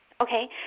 Okay